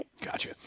Gotcha